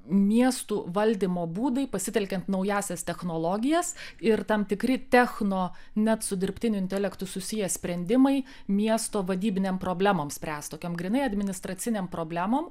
miestų valdymo būdai pasitelkiant naująsias technologijas ir tam tikri techno net su dirbtiniu intelektu susiję sprendimai miesto vadybinėm problemom spręst tokiom grynai administracinėm problemom